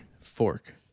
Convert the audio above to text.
fork